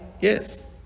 Yes